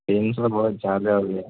تین سو بہت جیادہ ہو گیا